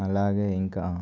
అలాగే ఇంకా